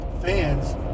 fans